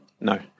No